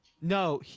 No